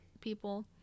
people